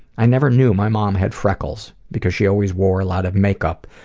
i never knew my mom had freckles, because she always wore a lot of makeup.